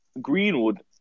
Greenwood